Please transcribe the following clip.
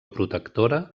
protectora